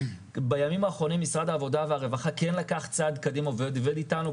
בימים האחרונים משרד העבודה והרווחה כן לקח צעד קדימה ועובד איתנו.